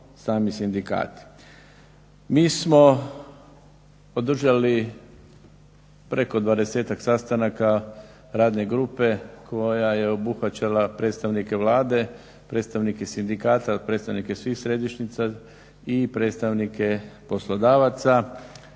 Mi smo održali preko dvadesetak sastanaka radne grupe koja je obuhvaćala predstavnike Vlade, predstavnike sindikata, predstavnike svih središnjica i predstavnike poslodavaca.